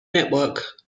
network